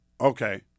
Okay